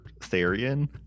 Therian